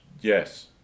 Yes